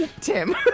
Tim